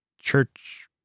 church